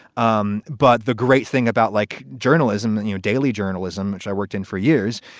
um but the great thing about like journalism and your daily journalism, which i worked in for years,